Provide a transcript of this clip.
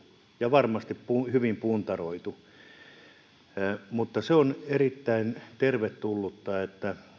ja varmasti hyvin puntaroitu on erittäin tervetullutta että